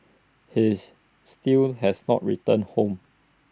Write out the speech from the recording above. he's still has not returned home